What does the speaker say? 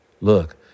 look